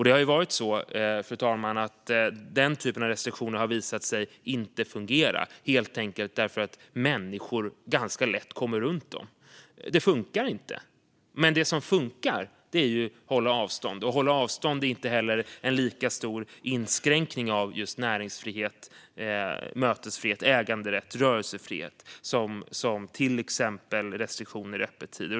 Det har varit så, fru talman, att den typen av restriktioner har visat sig inte fungera, helt enkelt därför att människor ganska lätt kommer runt dem. De funkar inte. Det som funkar är att hålla avstånd, och att hålla avstånd är inte heller en lika stor inskränkning av näringsfrihet, mötesfrihet, äganderätt och rörelsefrihet som till exempel restriktioner för öppettider.